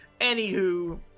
Anywho